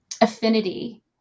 affinity